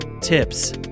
tips